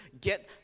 get